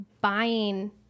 buying